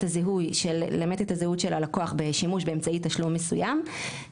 הזהות של הלקוח בשימוש באמצעי תשלום מסוים,